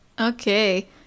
Okay